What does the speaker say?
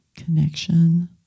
Connection